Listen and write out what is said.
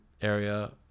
area